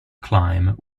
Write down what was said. climb